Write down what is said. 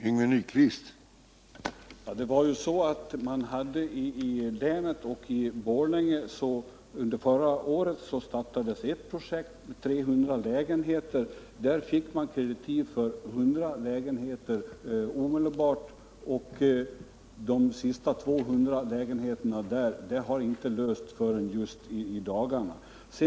Herr talman! Under förra året startades i Borlänge ett projekt avseende 300 lägenheter. I det fallet fick man kreditiv för 100 lägenheter omedelbart, men för de återstående 200 lägenheterna har kreditivfrågan inte lösts förrän just i dagarna.